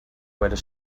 whether